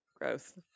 Gross